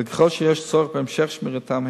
וככל שיש צורך בהמשך שמירתן,